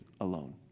alone